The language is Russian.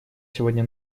сегодня